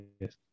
yes